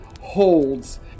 holds